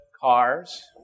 cars